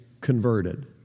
converted